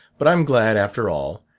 but i'm glad, after all,